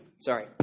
sorry